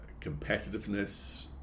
competitiveness